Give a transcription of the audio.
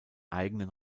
eigenen